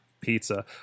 Pizza